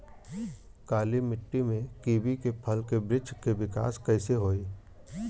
काली मिट्टी में कीवी के फल के बृछ के विकास कइसे होई?